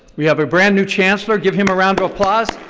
we have a brand new chancellor, give him a round of applause.